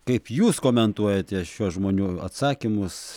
kaip jūs komentuojate šiuos žmonių atsakymus